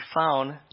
found